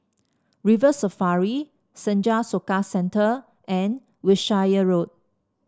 River Safari Senja Soka Centre and Wiltshire Road